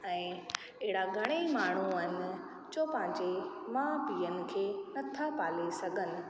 ऐं अहिड़ा घणेई माण्हू आहियूं जो पंहिंजे माउ पीअनि खे नथा पाले सघनि